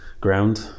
ground